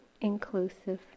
inclusive